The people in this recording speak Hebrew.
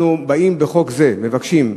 אנחנו באים בחוק זה, מבקשים,